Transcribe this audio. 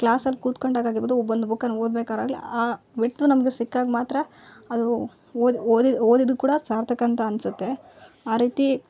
ಕ್ಲಾಸಲ್ಲಿ ಕುತ್ಕೊಂಡಾಗ್ ಆಗಿರ್ಬೌದು ಒಂದು ಬುಕ್ಕನ್ನು ಓದ್ಬೇಕಾರಾಗ್ಲಿ ಆ ವಿಡ್ತು ನಮಗೆ ಸಿಕ್ಕಾಗ ಮಾತ್ರ ಅದು ಓದು ಓದಿದ ಓದಿದ್ದು ಕೂಡ ಸಾರ್ಥಕ ಅಂತ ಅನಿಸುತ್ತೆ ಆ ರೀತಿ